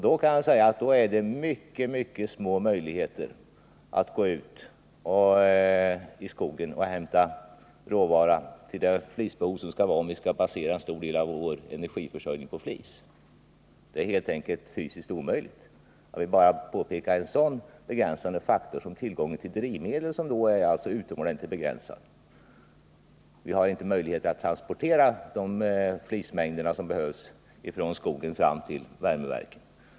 Då har vi mycket små möjligheter att gå ut i skogen och hämta den råvara som behövs, om vi skall basera en stor del av energiförsörjning på flis. Det är fysiskt omöjligt. Jag vill bara peka på en sådan hindrande faktor som tillgången till drivmedel, som då är utomordentligt begränsad. Vi har inte möjlighet att transportera de flismängder som behövs från skogen fram till värmeverken.